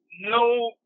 no